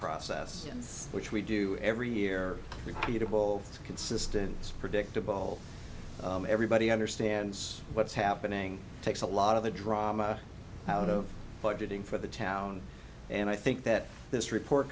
process ends which we do every year repeatable consistent predictable everybody understands what's happening takes a lot of the drama out of budgeting for the town and i think that this report